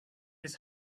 his